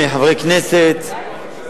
מחברי כנסת,